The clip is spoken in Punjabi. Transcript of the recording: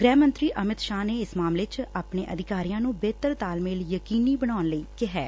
ਗੂਹਿ ਮੰਤਰੀ ਅਮਿਤ ਸ਼ਾਹ ਨੇ ਇਸ ਮਾਮਲੇ ਚ ਆਪਣੇ ਅਧਿਕਾਰੀਆਂ ਨੂੰ ਬਿਹਤਰ ਤਾਲਮੇਲ ਯਕੀਨੀ ਬਣਾਉਣ ਲਈ ਕਿਹੈ